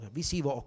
visivo